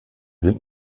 sind